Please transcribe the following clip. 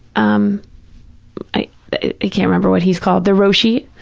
um i can't remember what he's called, the roshi,